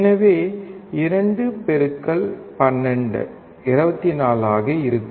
எனவே 2 பெருக்கல் 12 24 ஆக இருக்கும்